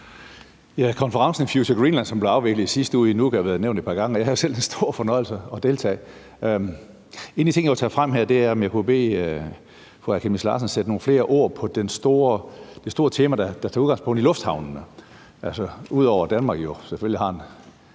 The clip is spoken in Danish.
Konferencen Future Greenland, som blev afviklet i sidste uge i Nuuk, har været nævnt et par gange, og jeg havde selv stor fornøjelse af at deltage. En af de ting, jeg vil tage frem her, er, om jeg kunne bede fru Aaja Chemnitz Larsen om at sætte nogle flere ord på det store tema, der tager udgangspunkt i lufthavnene. Ud over at Danmark jo selvfølgelig har en